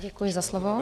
Děkuji za slovo.